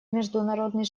международный